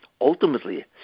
ultimately